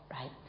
right